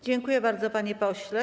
Dziękuję bardzo, panie pośle.